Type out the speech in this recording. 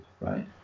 right